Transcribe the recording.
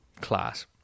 Class